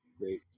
great